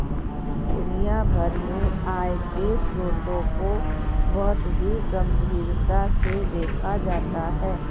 दुनिया भर में आय के स्रोतों को बहुत ही गम्भीरता से देखा जाता है